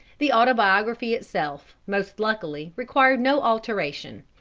the autobiography itself, most luckily, required no alteration.